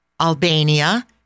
Albania